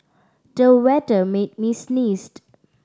the weather made me sneezed